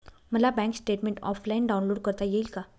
मला bank statement offline download करता येईल का?